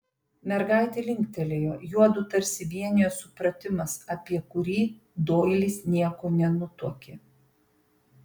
mergaitė linktelėjo juodu tarsi vienijo supratimas apie kurį doilis nieko nenutuokė